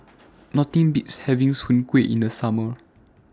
Nothing Beats having Soon Kueh in The Summer